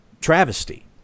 travesty